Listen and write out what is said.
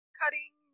cutting